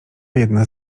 jedna